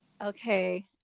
okay